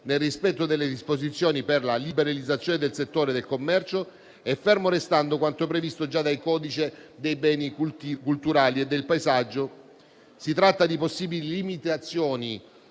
nel rispetto delle disposizioni per la liberalizzazione del settore del commercio e fermo restando quanto previsto già dal codice dei beni culturali e del paesaggio. Si tratta di possibili limitazioni